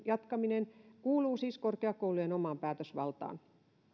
jatkaminen kuuluu siis korkeakoulujen omaan päätösvaltaan